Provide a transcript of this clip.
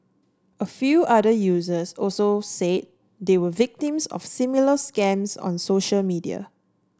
a few other users also said they were victims of similar scams on social media